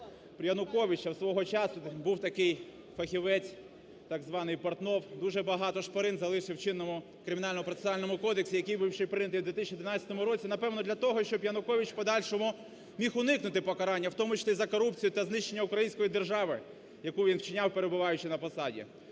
при Януковичу свого часу був такий фахівець так званий Портнов, дуже багато шпарин залишив в чинному Кримінально-процесуальному кодексі, який був ще прийнятий в 2011 році, напевно, для того, щоб Янукович в подальшому міг уникнути покарання, в тому числі за корупцію та знищення української держави, яку він вчиняв перебуваючи на посаді,